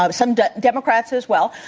ah some but democrats as well,